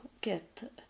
get